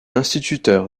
instituteur